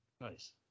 Nice